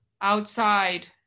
outside